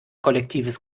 kollektives